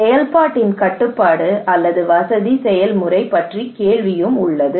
செயல்பாட்டின் கட்டுப்பாடு அல்லது வசதி செயல்முறை பற்றிய கேள்வியும் உள்ளது